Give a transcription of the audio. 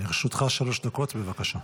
לרשותך שלוש דקות, בבקשה.